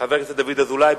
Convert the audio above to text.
חבר הכנסת דוד אזולאי,